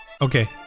Okay